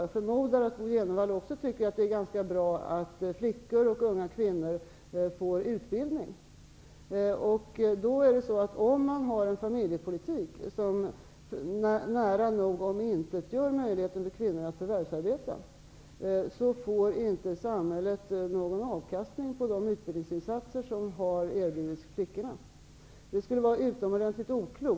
Jag förmodar att Bo Jenevall också tycker att det är ganska bra att flickor och unga kvinnor får utbildning. Om man har en familjepolitik som nära nog omintetgör möjligheten för kvinnor att förvärvsarbeta, får inte samhället någon avkastning på de utbildningsinsatser som har erbjudits flickorna. Det skulle vara utomordentligt oklokt.